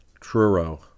Truro